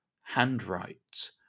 handwrite